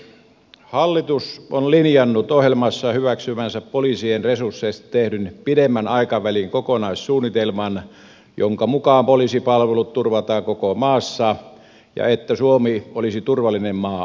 hallitus on linjannut ohjelmassaan hyväksyvänsä poliisien resursseista tehdyn pidemmän aikavälin kokonaissuunnitelman jonka mukaan poliisipalvelut turvataan koko maassa ja suomi olisi turvallisin maa euroopassa